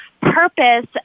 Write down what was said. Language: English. purpose